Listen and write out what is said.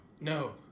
No